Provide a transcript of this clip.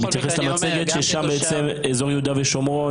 הוא מתייחס למצגת ששם בעצם אזור יהודה ושומרון